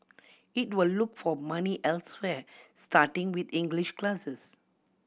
it will look for money elsewhere starting with English classes